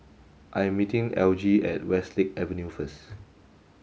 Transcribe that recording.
I am meeting Elgie at Westlake Avenue first